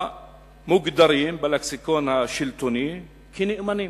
המוגדרים בלקסיקון השלטוני כנאמנים.